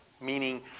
Meaning